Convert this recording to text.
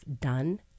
done